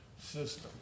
system